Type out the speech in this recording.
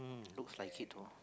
um looks like it though